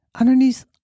Underneath